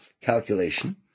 calculation